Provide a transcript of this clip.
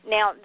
Now